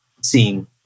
seeing